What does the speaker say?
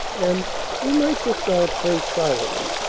and we might just all pray silently,